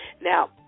Now